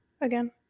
again